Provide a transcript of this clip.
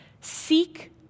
seek